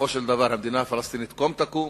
בסופו של דבר המדינה הפלסטינית קום תקום,